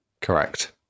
Correct